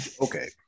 okay